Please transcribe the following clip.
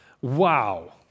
Wow